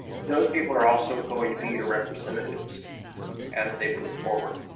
those people are also going to be your representatives as they move forward.